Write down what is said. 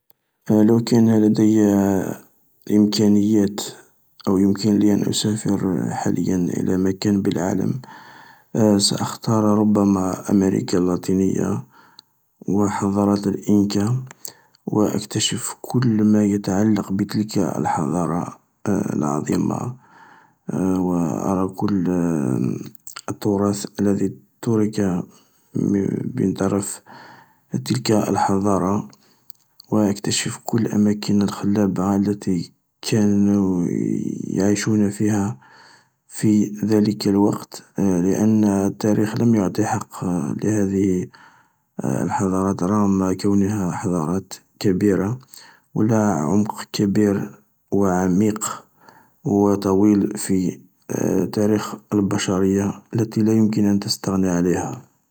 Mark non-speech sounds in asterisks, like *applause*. ﻿لوكان لديا *hesitation* امكانيات او يمكن لي ان اسافر حاليا إلى مكان بالعالم. سأختار ربما امريكا اللاتينية، وحضارات الانكا، و اكتشف كل ما يتعلق بتلك الحضارة *hesitation* العظيمة. *hesitation* وارى كل *hesitation* التراث الذي ترك من من طرف تلك الحضارة. و أكتشف كل الأماكن الخلابة التي كانو *hesitation* يعيشون فيها، في ذلك الوقت، *hesitation* لان التاريخ لم يعط حق لهذه *hesitation* الحضارات رغم كونها حضارات كبيرة. و لها عمق كبير و عميق و طويل في *hesitation* تاريخ البشرية التي لايمكن ان تستغني عليها.